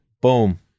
Boom